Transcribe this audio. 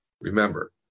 Remember